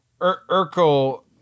Urkel